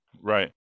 Right